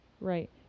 right